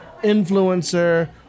influencer